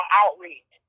outreach